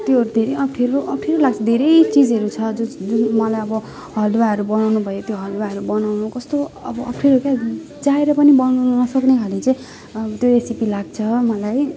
त्यो धेरै अप्ठ्यारो अप्ठ्यारो लाग्छ धेरै चिजहरू छ जो जो मलाई अब हलुवाहरू बनाउनु भयो त्यो हलुवाहरू बनाउनु कस्तो अब अप्ठ्यारो के चाहेर पनि बनाउनु नसक्ने खाले चाहिँ त्यो रेसिपी लाग्छ मलाई